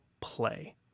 play